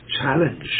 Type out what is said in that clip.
challenge